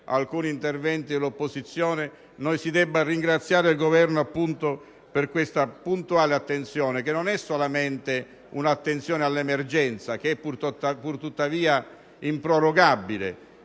alcuni interventi dell'opposizione, si debba ringraziare il Governo per questa puntuale attenzione, che non è solamente all'emergenza, che è pur tuttavia improrogabile.